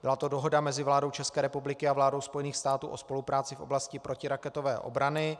Byla to Dohoda mezi vládou České republiky a vládou Spojených států o spolupráci v oblasti protiraketové obrany.